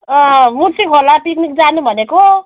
मूर्ति खोला पिकनिक जानु भनेको